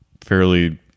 fairly